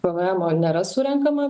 pvemo nėra surenkama